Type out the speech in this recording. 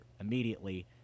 immediately